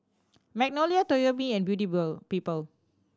Magnolia Toyomi and Beauty Boll People